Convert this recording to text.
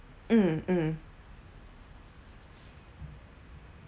mm mm